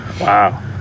Wow